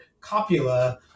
copula